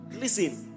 Listen